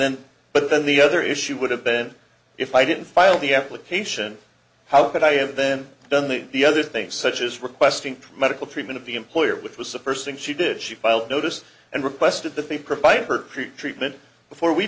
then but then the other issue would have been if i didn't file the application how could i have then done the the other things such as requesting pre medical treatment of the employer which was a person she did she filed notice and requested that they provide her treat treatment before we